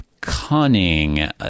cunning